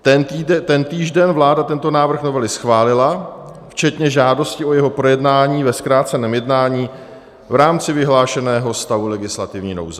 Tentýž den vláda tento návrh novely schválila včetně žádosti o jeho projednání ve zkráceném jednání v rámci vyhlášeného stavu legislativní nouze.